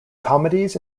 comedies